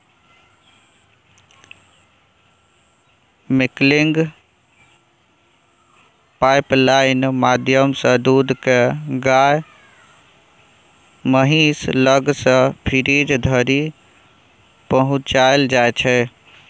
milking pipeline माध्यमसँ दुध केँ गाए महीस लग सँ फ्रीज धरि पहुँचाएल जाइ छै